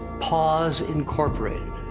paws, incorporated.